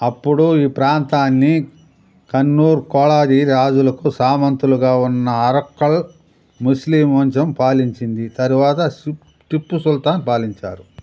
అప్పుడు ఈ ప్రాంతాన్ని కన్నూర్ కోలాది రాజులకు సామంతులుగా ఉన్న అరక్కల్ ముస్లిమ్ ముంజన్ పాలించింది తరువాత సిప్ టిప్పు సుల్తాన్ పాలించారు